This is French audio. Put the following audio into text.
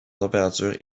température